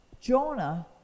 Jonah